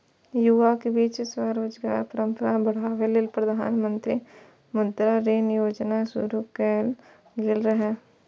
युवाक बीच स्वरोजगारक परंपरा बढ़ाबै लेल प्रधानमंत्री मुद्रा ऋण योजना शुरू कैल गेल रहै